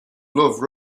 love